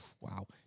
wow